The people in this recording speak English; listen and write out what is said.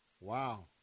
wow